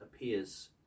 appears